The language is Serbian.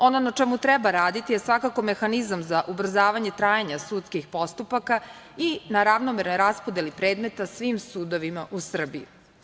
Ono na čemu treba raditi je svakako mehanizam za ubrzavanje trajanja sudskih postupaka i na ravnomernoj raspodeli predmeta svim sudovima u Srbiji.